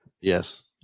Yes